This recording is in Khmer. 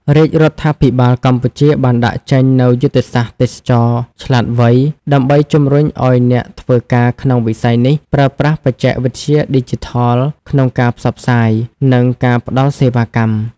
រាជរដ្ឋាភិបាលកម្ពុជាបានដាក់ចេញនូវយុទ្ធសាស្ត្រទេសចរណ៍ឆ្លាតវៃ ដើម្បីជំរុញឱ្យអ្នកធ្វើការក្នុងវិស័យនេះប្រើប្រាស់បច្ចេកវិទ្យាឌីជីថលក្នុងការផ្សព្វផ្សាយ និងការផ្តល់សេវាកម្ម។